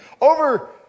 over